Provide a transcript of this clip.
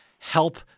help